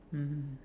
mmhmm